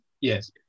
yes